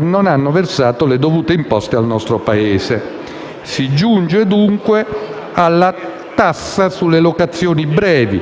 non hanno versato le dovute imposte al nostro Paese. Si giunge dunque alla tassa sulle locazioni brevi,